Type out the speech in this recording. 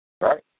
right